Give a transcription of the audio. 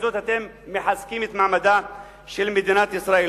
ובזאת אתם מחזקים את מעמדה של מדינת ישראל.